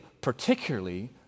particularly